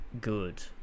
good